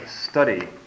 study